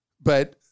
but-